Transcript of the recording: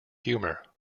humour